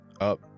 up